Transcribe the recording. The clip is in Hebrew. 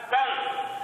מצפון,